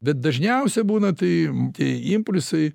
bet dažniausia būna tai tie impulsai